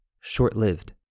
short-lived